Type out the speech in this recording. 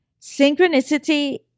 Synchronicity